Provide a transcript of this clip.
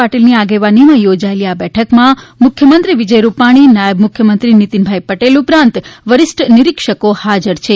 પાટિલ ની આગેવાનીમાં યોજાયેલી આ બેઠકમાં મુખ્યમંત્રી વિજય રૂપાણી નાયબ મુખ્યમંત્રી નિતિનભાઈ પટેલ ઉપરાંત વરિષ્ઠ નિરીક્ષકો હાજર છે